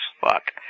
Fuck